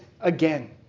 again